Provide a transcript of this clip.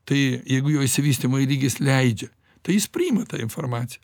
tai jeigu jo išsivystymo lygis leidžia tai jis priima tą informaciją